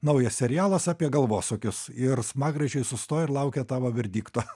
naujas serialas apie galvosūkius ir smagračiai sustoja ir laukia tavo verdikto